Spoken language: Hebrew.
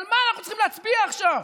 על מה אנחנו צריכים להצביע עכשיו?